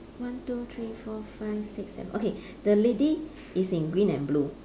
one two three four five six seven okay the lady is in green and blue